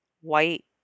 white